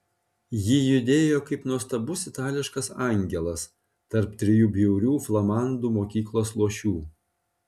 ji judėjo kaip nuostabus itališkas angelas tarp trijų bjaurių flamandų mokyklos luošių